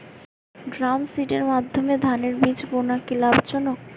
ড্রামসিডারের মাধ্যমে ধানের বীজ বোনা কি লাভজনক?